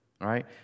Right